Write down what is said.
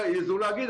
תעזו להגיד.